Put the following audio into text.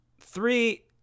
Three